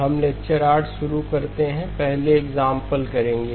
हम लेक्चर 8 शुरू करते हैं पहले हम एग्जांपलकरेंगे